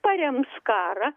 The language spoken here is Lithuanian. parems karą